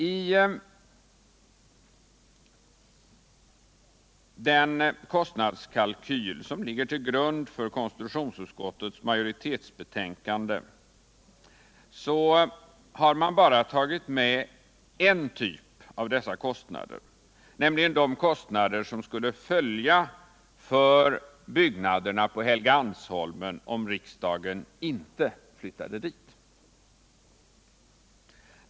I den kostnadskalkyl som ligger tull grund för konstitutionsutskottets majoritetsskrivning har man bara tagit med en typ av dessa kostnader, nämligen de kostnader som skulle uppstå beträffande byggnaderna på Helgeandsholmen om riksdagen inte flyttade dit.